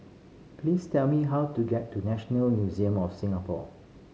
please tell me how to get to National Museum of Singapore